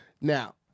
Now